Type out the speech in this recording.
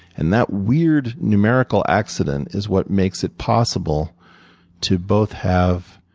and that weird numerical accident is what makes it possible to both have